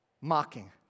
mocking